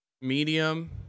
medium